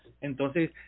entonces